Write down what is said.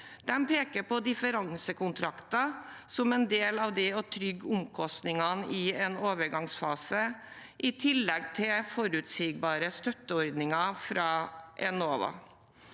De peker på differansekontrakter som en del av det å trygge omkostningene i en overgangsfase, i tillegg til forutsigbare støtteordninger fra Enova.